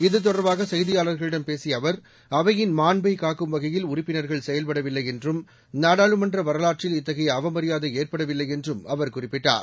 இது தொடர்பாக செய்தியாளர்களிடம் பேசிய அவர் அவையிள் மாண்பைக் காக்கும் வகையில் உறுப்பினர்கள் செயல்பட வில்லை என்றும் நாடாளுமன்ற வரலாற்றில் இத்தகைய அவமரியாதை ஏற்படவில்லை என்றும் அவர் குறிப்பிட்டார்